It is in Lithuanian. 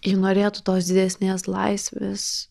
ji norėtų tos didesnės laisvės